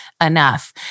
enough